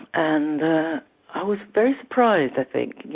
and i was very surprised i think,